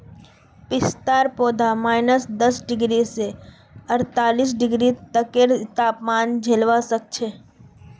पिस्तार पौधा माइनस दस डिग्री स अड़तालीस डिग्री तकेर तापमान झेलवा सख छ